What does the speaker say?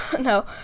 No